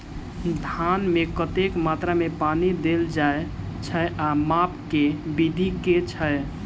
धान मे कतेक मात्रा मे पानि देल जाएँ छैय आ माप केँ विधि केँ छैय?